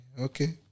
Okay